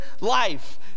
Life